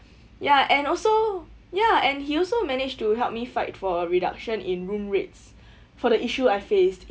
ya and also ya and he also managed to help me fight for a reduction in room rates for the issue I faced